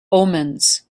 omens